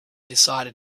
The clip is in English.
decided